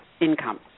income